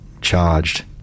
charged